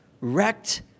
wrecked